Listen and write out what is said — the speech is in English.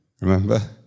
remember